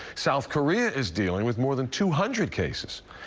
south korea is dealing with more than two hundred cases.